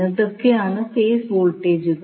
ഇതൊക്കെയാണ് ഫേസ് വോൾട്ടേജുകൾ